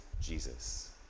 Jesus